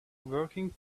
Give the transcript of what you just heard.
working